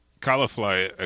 cauliflower